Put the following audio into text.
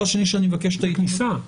זאת כניסה.